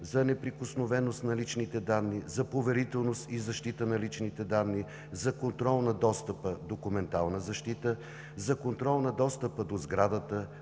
за неприкосновеност на личните данни, за поверителност и защита на личните данни, за контрол на достъпа – документална защита, за контрол на достъпа до сградата,